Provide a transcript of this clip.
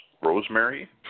Rosemary